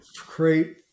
create